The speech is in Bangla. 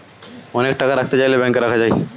অনেক টাকা রাখতে চাইলে ব্যাংকে রাখা যায়